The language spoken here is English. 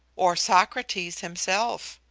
or socrates himself.